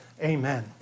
Amen